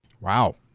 Wow